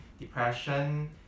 depression